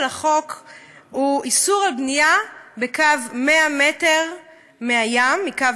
של החוק הוא איסור בנייה עד קו 100 מטר מהים,